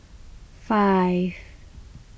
five